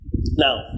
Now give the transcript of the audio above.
now